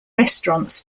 restaurants